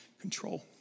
control